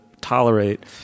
tolerate